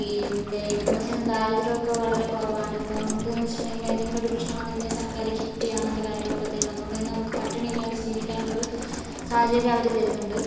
പിന്നെ ഇപ്പൊഴെന്ന് വെച്ചിട്ടുണ്ടേങ്കിൽ ദാരിദ്ര്യം ഒക്കെ വളരെ കുറവാണ് ഇപ്പം നമുക്ക് എന്ന് വെച്ചിട്ടുണ്ടെങ്കിൽ എന്തെങ്കിലും ഒരു പ്രശ്നം വന്നിട്ടുണ്ടേൽ സർക്കാർ കിറ്റ് അങ്ങനത്തെ കാര്യങ്ങൾ ഒക്കെ തരും അതുകൊണ്ട് തന്നെ നമുക്ക് പട്ടിണി ഇല്ലാണ്ട് ജീവിക്കാൻ ഉള്ള ഒരു സാഹചര്യം അവർ തരുന്നുണ്ട്